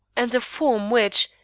and a form which,